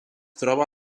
troba